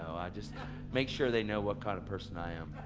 just make sure they know what kind of person i am.